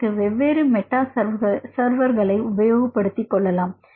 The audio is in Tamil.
அதற்கு வெவ்வேறு மெட்டா சர்வர்களையும் உபயோகப்படுத்திக் கொள்ளலாம்